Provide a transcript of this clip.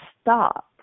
stop